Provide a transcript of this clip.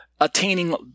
attaining